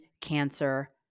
Cancer